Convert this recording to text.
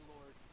Lord